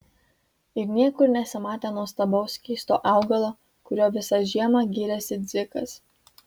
ir niekur nesimatė nuostabaus keisto augalo kuriuo visą žiemą gyrėsi dzikas